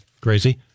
Crazy